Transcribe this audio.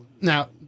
Now